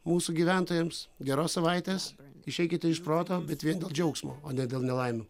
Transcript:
mūsų gyventojams geros savaitės išeikite iš proto bet vien dėl džiaugsmo o ne dėl nelaimių